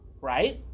right